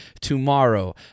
tomorrow